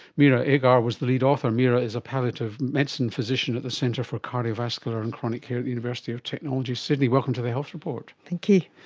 meera agar was the lead author. meera is a palliative medicine physician at the centre for cardiovascular and chronic care at the university of technology, sydney. welcome to the health report. thank you.